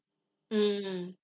mm